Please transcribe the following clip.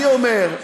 אני אומר,